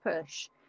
push